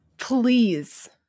please